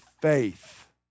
faith